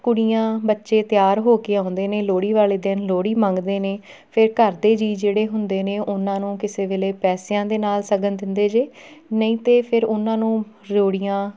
ਕੁੜੀਆਂ ਬੱਚੇ ਤਿਆਰ ਹੋ ਕੇ ਆਉਂਦੇ ਨੇ ਲੋਹੜੀ ਵਾਲੇ ਦਿਨ ਲੋਹੜੀ ਮੰਗਦੇ ਨੇ ਫਿਰ ਘਰ ਦੇ ਜੀਅ ਜਿਹੜੇ ਹੁੰਦੇ ਨੇ ਉਹਨਾਂ ਨੂੰ ਕਿਸੇ ਵੇਲੇ ਪੈਸਿਆਂ ਦੇ ਨਾਲ ਸ਼ਗਨ ਦਿੰਦੇ ਜੇ ਨਹੀਂ ਤਾਂ ਫਿਰ ਉਹਨਾਂ ਨੂੰ ਰਿਓੜੀਆਂ